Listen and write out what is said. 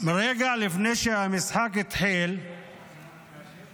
רגע לפני שהמשחק התחיל,